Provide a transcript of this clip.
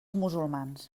musulmans